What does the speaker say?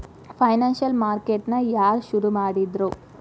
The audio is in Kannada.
ಫೈನಾನ್ಸಿಯಲ್ ಮಾರ್ಕೇಟ್ ನ ಯಾರ್ ಶುರುಮಾಡಿದ್ರು?